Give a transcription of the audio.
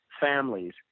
families